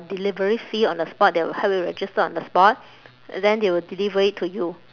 delivery fee on the spot they will help you register on the spot then they will deliver it to you